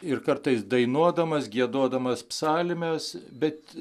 ir kartais dainuodamas giedodamas psalmes bet